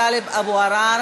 של חבר הכנסת טלב אבו עראר